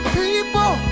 people